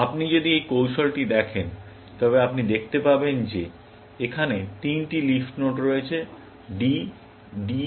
আপনি যদি এই কৌশলটি দেখেন তবে আপনি দেখতে পাবেন যে এখানে তিনটি লিফ নোড রয়েছে D D এবং W